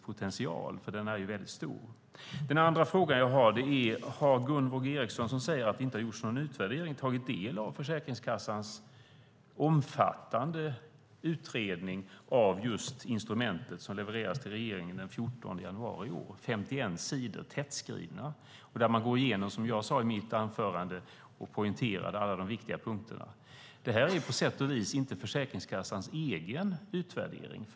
Den är väldigt stor. Jag har en andra fråga. Har Gunvor G Ericson, som säger att det inte har gjorts någon utvärdering, tagit del av Försäkringskassans omfattande utredning av just instrumentet som levererades till regeringen den 14 januari i år? Det är 51 tätskrivna sidor där man går igenom alla de viktiga punkterna, som jag poängterade i mitt anförande. Det är på sätt och vis inte Försäkringskassans egen utvärdering.